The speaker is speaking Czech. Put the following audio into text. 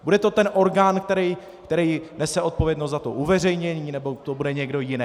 Bude to ten orgán, který nese odpovědnost za uveřejnění, nebo to bude někdo jiný?